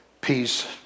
peace